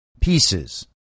pieces